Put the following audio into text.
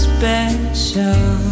Special